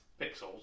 pixels